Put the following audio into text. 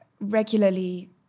regularly